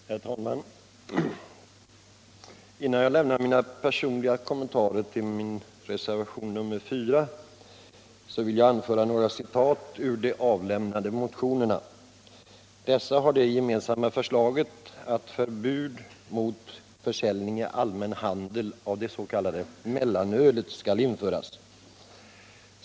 Herr talman! Innan jag gör mina personliga kommentarer till min reservation, nr 4, vill jag anföra några citat ur de avlämnade motionerna. Dessa har det gemensamt att de föreslår att förbud mot försäljning i allmän handel av det s.k. mellanölet skall införas.